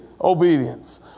obedience